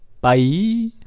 Bye